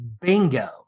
Bingo